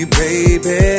baby